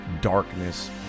darkness